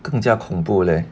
更加恐怖嘞